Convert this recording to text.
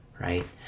Right